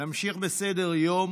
נמשיך בסדר-היום